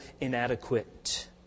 inadequate